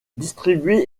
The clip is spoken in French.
distribué